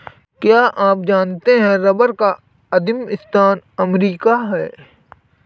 क्या आप जानते है रबर का आदिमस्थान अमरीका है?